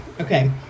okay